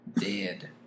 Dead